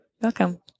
Welcome